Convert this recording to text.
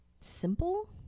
simple